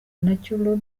nacyo